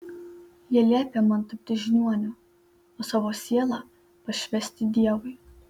jie liepė man tapti žiniuoniu o savo sielą pašvęsti dievui